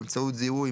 באמצעות זיהוי,